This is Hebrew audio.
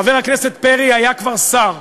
חבר הכנסת פרי היה כבר שר,